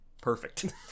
Perfect